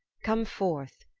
come forth.